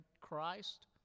Christ